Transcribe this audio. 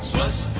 let's